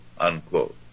unquote